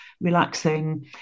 relaxing